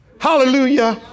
Hallelujah